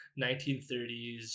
1930s